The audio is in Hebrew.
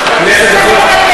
נבחרה?